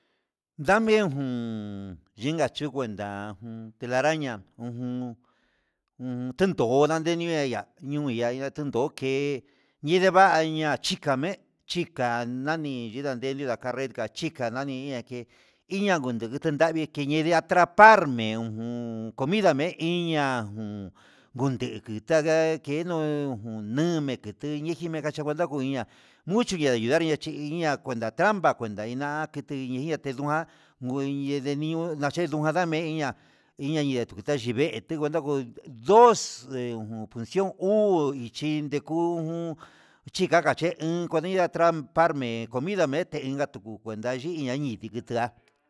Ndamien jun inka yukui ndá jun telaraña ujun, un tendó aningue eya'a ñuu ñaya'a tendoké nindeva'aña nda chika me'e, chika nani yukandelia ndakanré kachika nayenia ke'e iñan ngutendavii kinind'a atraparme ujun comida me'e iña jun nguteke ndaka kenuu jun uun mejeteke ndejime nakuachata me'e juiña'a, mucho ña'a hoyanria chi'i ini'a ña cuenta trampa cuenta naiña kiuña teña'a ngon ndenenió nachí chendua nameyi'a, iña'a yuku na'a chivee ketekuando dos nde ujun ihó uu, ichí ndeku un xhingache un kuediña trampar, me'e comidame enga tuku kuenta hí ha ndikuita'a.